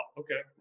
okay